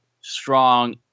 strong